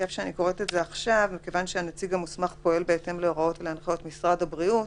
מכיוון שהנציג המוסמך פועל בהתאם להוראות ולהנחיות משרד הבריאות,